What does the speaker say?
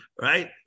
right